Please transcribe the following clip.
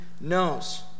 knows